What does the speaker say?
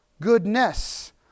Goodness